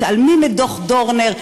מתעלמים מדוח דורנר,